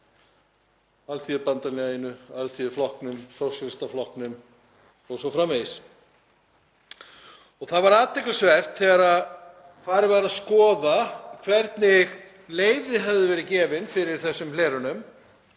Alþýðubandalaginu, Alþýðuflokknum, Sósíalistaflokknum o.s.frv. Það var athyglisvert þegar farið var að skoða hvernig leyfi höfðu verið gefin fyrir þessum hlerunum